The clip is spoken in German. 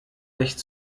echt